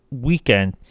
weekend